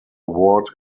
award